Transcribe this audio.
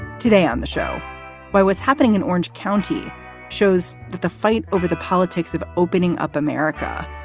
today on the show by what's happening in orange county shows that the fight over the politics of opening up america,